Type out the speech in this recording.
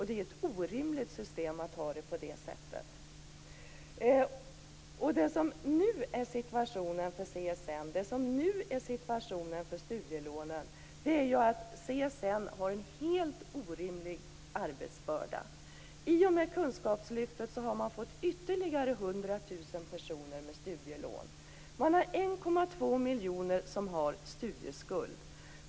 Det är ett orimligt system att ha det på det sättet. Det som nu är situationen för studielånen är att CSN har en helt orimlig arbetsbörda. I och med kunskapslyftet har man fått hand om ytterligare 100 000 personer med studielån. Man har 1,2 miljoner människor som har studieskuld.